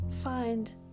Find